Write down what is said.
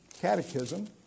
Catechism